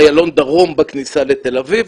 איילון דרום בכניסה לתל אביב,